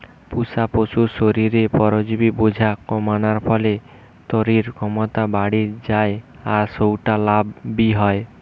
পুশা পশুর শরীরে পরজীবি বোঝা কমানার ফলে তইরির ক্ষমতা বাড়ি যায় আর সউটা লাভ বি হয়